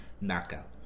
knockout